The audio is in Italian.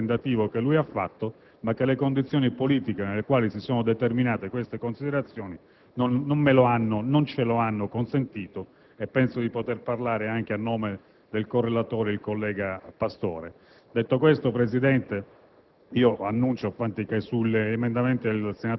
ma anche perché avrei potuto e voluto apprezzare il lavoro emendativo da lui svolto, ma le condizioni politiche nelle quali si sono determinate quelle considerazioni non ce lo hanno consentito e penso di poter parlare anche a nome del correlatore, collega Pastore. Signor Presidente,